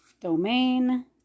domain